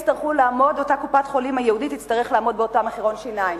אותה קופת-חולים ייעודית תצטרך לעמוד באותו מחירון שיניים,